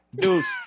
Deuce